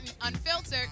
Unfiltered